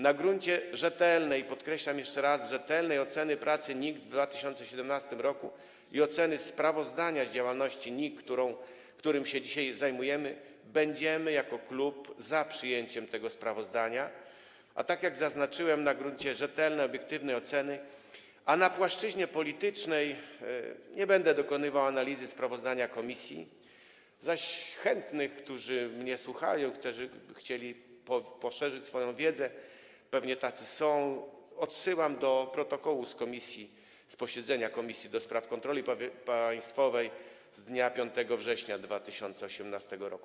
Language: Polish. Na gruncie rzetelnej - podkreślam jeszcze raz: rzetelnej - oceny pracy NIK w 2017 r. i oceny sprawozdania z działalności NIK, którym się dzisiaj zajmujemy, będziemy jako klub za przyjęciem tego sprawozdania, tak jak zaznaczyłem, na gruncie rzetelnej, obiektywnej oceny, a na płaszczyźnie politycznej nie będę dokonywał analizy sprawozdania komisji, zaś chętnych, którzy mnie słuchają, którzy chcieliby poszerzyć swoją wiedzę, a pewnie tacy są, odsyłam do protokołu z posiedzenia Komisji do Spraw Kontroli Państwowej z dnia 5 września 2018 r.